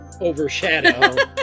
overshadow